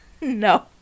No